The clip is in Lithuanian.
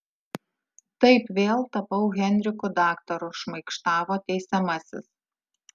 taip vėl tapau henriku daktaru šmaikštavo teisiamasis